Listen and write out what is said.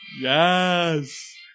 Yes